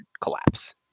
collapse